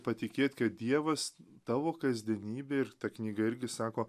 patikėt kad dievas tavo kasdienybė ir ta knyga irgi sako